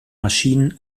maschinen